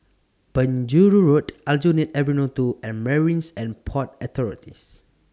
Penjuru Road Aljunied Avenue two and Marines and Port Authorities